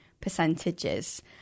percentages